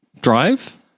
Drive